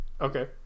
okay